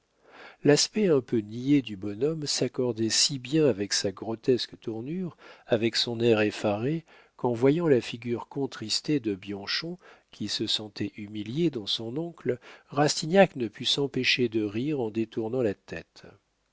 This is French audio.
l'aspect un peu niais du bonhomme s'accordait si bien avec sa grotesque tournure avec son air effaré qu'en voyant la figure contristée de bianchon qui se sentait humilié dans son oncle rastignac ne put s'empêcher de rire en détournant la tête